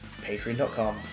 patreon.com